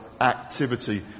activity